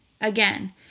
Again